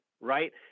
right